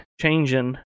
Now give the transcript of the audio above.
changing